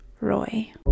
Roy